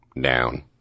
Down